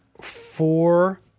four